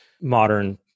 modern